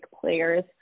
players